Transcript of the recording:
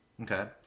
Okay